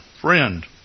friend